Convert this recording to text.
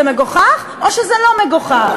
זה מגוחך או שזה לא מגוחך?